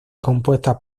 compuestas